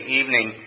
evening